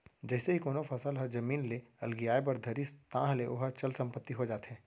जइसे ही कोनो फसल ह जमीन ले अलगियाये बर धरिस ताहले ओहा चल संपत्ति हो जाथे